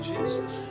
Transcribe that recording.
Jesus